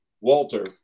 Walter